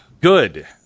good